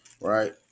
Right